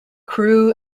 crew